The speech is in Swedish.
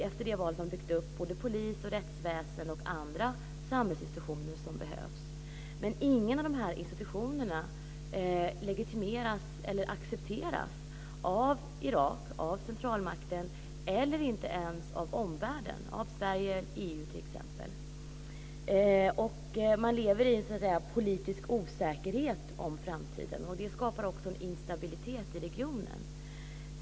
Efter det valet har de byggt upp polis, rättsväsende och andra samhällsinstitutioner som behövs, men ingen av de här institutionerna legitimeras eller accepteras av Irak, centralmakten och inte ens av omvärlden, Sverige och EU t.ex. Man lever i en politisk osäkerhet om framtiden, och det skapar en instabilitet i regionen.